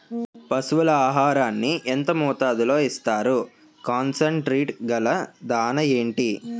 పశువుల ఆహారాన్ని యెంత మోతాదులో ఇస్తారు? కాన్సన్ ట్రీట్ గల దాణ ఏంటి?